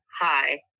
Hi